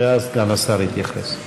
ואז סגן השר יתייחס.